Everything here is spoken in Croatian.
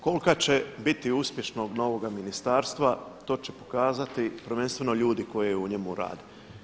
Kolika će biti uspješnost novoga ministarstva, to će pokazati prvenstveno ljudi koji u njemu rade.